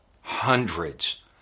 hundreds